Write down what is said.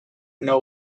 know